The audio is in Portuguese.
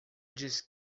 disse